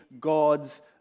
God's